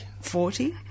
Forty